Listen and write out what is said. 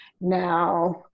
Now